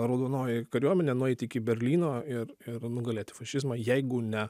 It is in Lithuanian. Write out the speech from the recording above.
raudonoji kariuomenė nueit iki berlyno ir ir nugalėti fašizmą jeigu ne